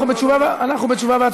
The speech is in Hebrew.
אנחנו בתשובה והצבעה.